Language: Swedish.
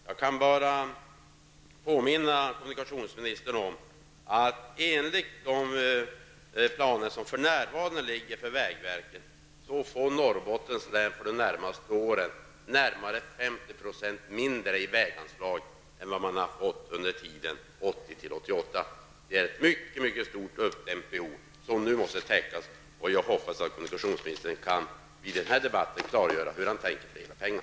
Jag vill påminna kommunikationsministern om att enligt de planer som för närvarande finns för vägverket får Norrbottens län för de närmaste åren närmare 50 % mindre i väganslag än vad man fick under tiden 1980--1988. Det finns ett mycket stort uppdämt behov som nu måste täckas. Jag hoppas att kommunikationsministern vid den här debatten kan klargöra hur det blir med dessa pengar.